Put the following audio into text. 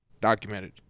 documented